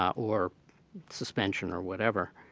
or suspension, or whatever.